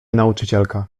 nauczycielka